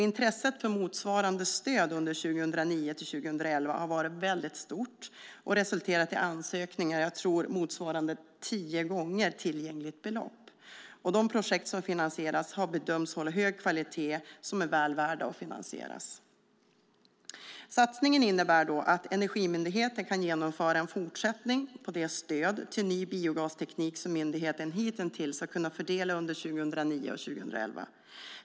Intresset för motsvarande stöd under 2009-2011 har varit mycket stort och resulterat i ansökningar motsvarande tio gånger tillgängligt belopp. De projekt som finansierats har bedömts hålla hög kvalitet och vara väl värda att finansieras. Satsningen innebär att Energimyndigheten kan genomföra en fortsättning på det stöd till ny biogasteknik som myndigheten hitintills har kunnat fördela under 2009 och 2011.